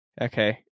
Okay